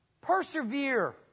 persevere